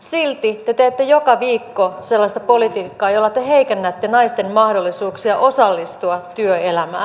silti te teette joka viikko sellaista politiikkaa jolla te heikennätte naisten mahdollisuuksia osallistua työelämään